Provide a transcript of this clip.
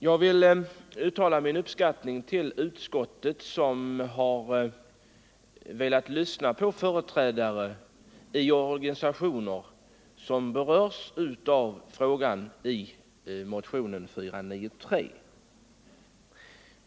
Jag vill uttala min uppskattning av utskottet, som har velat lyssna på företrädare för organisationer som berörs av den i motionen 493 upptagna frågan.